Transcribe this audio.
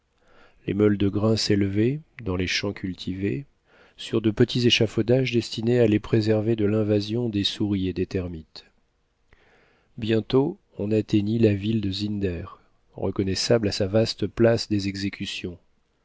les meules de grains s'élevaient dans les champs cultivés sur de petits échafaudages destinés à les préserver de l'invasion des souris et des termites bientôt on atteignit la ville de zinder reconnaissable à sa vaste place des exécutions